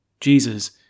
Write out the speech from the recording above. Jesus